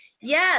Yes